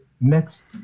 next